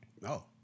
No